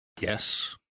Yes